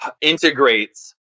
integrates